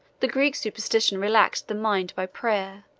the greek superstition relaxed the mind by prayer,